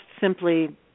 simply